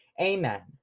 Amen